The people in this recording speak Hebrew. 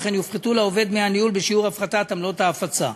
וכן יופחתו לעובד דמי הניהול בשיעור הפחתת עמלות ההפצה.